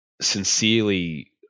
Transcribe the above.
sincerely